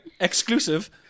Exclusive